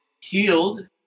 healed